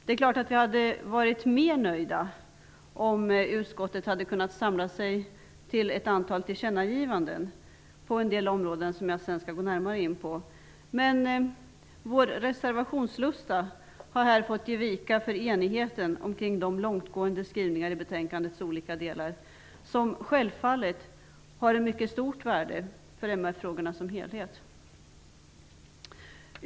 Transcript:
Vi hade självfallet varit än mer nöjda om utskottet kunnat samla sig till ett antal tillkännagivanden på en del områden som jag senare skall gå närmare in på. Men vår reservationslust har här fått vika för enigheten omkring de långtgående skrivningar i betänkandets olika delar som självfallet har ett mycket stort värde för MR-frågorna som helhet.